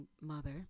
mother